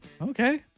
Okay